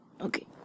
okay